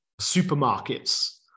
supermarkets